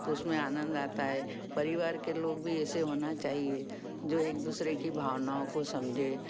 तो उसमें आनंद आता है परिवार के लोग भी ऐसे होना चाहिए जो एक दूसरे की भावनाओं को समझे